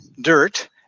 dirt